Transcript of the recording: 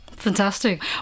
Fantastic